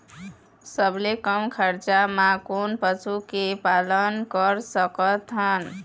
सबले कम खरचा मा कोन पशु के पालन कर सकथन?